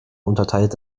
unterteilt